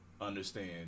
understand